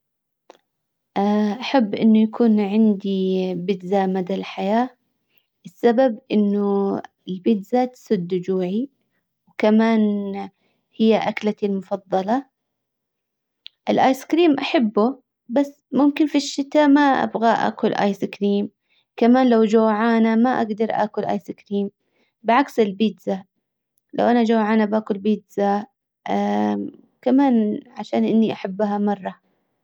احب انه يكون عندي بيتزا مدى الحياة. السبب انه البيتزا تسد جوعي. وكمان هي اكلتي المفضلة. الايس كريم احبه بس ممكن في الشتا ما ابغى اكل ايس كريم كمان لو جوعانة ما اقدر اكل ايس كريم بعكس البيتزا لو انا جوعانة باكل بيتزا كمان عشان اني احبها مرة.